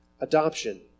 adoption